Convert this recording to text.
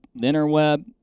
interweb